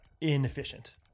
inefficient